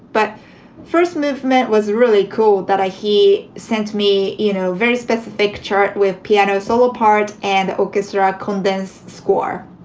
but first movement was really cool that he sent me, you know, very specific chart with piano solo part and orchestra, a condensed score.